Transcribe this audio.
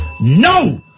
No